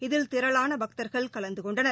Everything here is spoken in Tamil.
இதில் திரளான பக்தர்கள் கலந்து கொண்டனர்